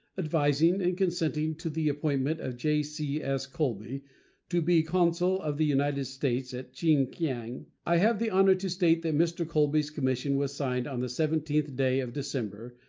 advising and consenting to the appointment of j c s. colby to be consul of the united states at chin-kiang, i have the honor to state that mr. colby's commission was signed on the seventeenth day of december,